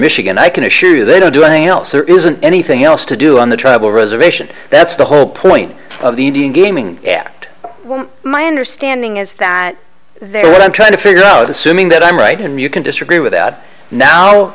michigan i can assure you they don't do anything else there isn't anything else to do on the tribal reservation that's the whole point of the indian gaming addict my understanding is that they what i'm trying to figure out assuming that i'm right and you can disagree without now